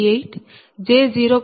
1560 j0